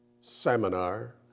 seminar